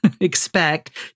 expect